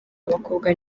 abakobwa